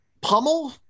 Pummel